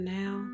now